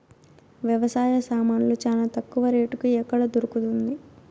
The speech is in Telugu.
వ్యవసాయ సామాన్లు చానా తక్కువ రేటుకి ఎక్కడ దొరుకుతుంది?